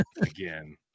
again